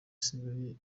isigaye